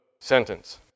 sentence